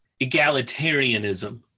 egalitarianism